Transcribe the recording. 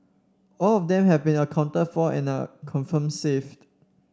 all of them have been accounted for and are confirmed safe